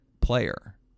player